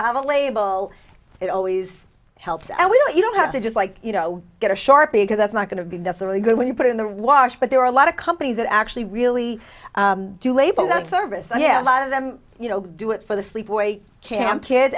have a label it always helps and we don't have to just like you know get a sharpie because that's not going to be necessarily good when you put it in the wash but there are a lot of companies that actually really do label that service i have a lot of them you know do it for the sleepaway camp kid